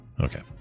Okay